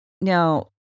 Now